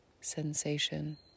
sensation